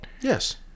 yes